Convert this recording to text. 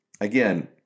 again